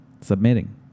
submitting